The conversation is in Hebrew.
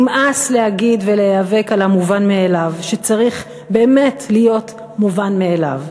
נמאס להגיד ולהיאבק על המובן מאליו שצריך באמת להיות מובן מאליו.